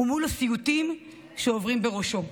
ומול הסיוטים שעוברים בראשו.